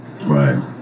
right